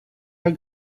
are